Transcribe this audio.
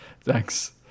Thanks